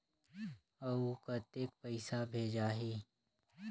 अउ कतेक पइसा भेजाही?